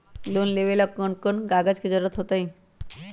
Loan लेवेला कौन कौन कागज के जरूरत होतई?